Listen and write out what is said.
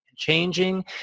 changing